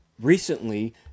recently